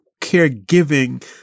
caregiving